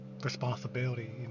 responsibility